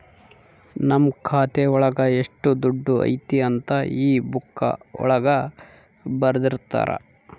ನಮ್ ಖಾತೆ ಒಳಗ ಎಷ್ಟ್ ದುಡ್ಡು ಐತಿ ಅಂತ ಈ ಬುಕ್ಕಾ ಒಳಗ ಬರ್ದಿರ್ತರ